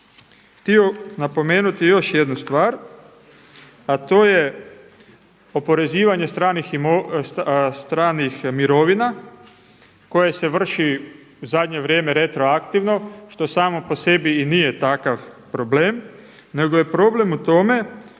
htio napomenuti još jednu stvar a to je oporezivanje stranih mirovina koje se vrši u zadnje vrijeme retroaktivno što samo po sebi i nije takav problem nego je problem u tome